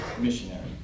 missionary